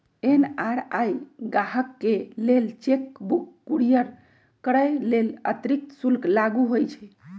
NRI गाहकके लेल cheque book courier करय लेल अतिरिक्त शुल्क लागू होइ छइ